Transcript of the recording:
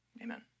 Amen